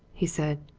he said.